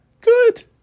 Good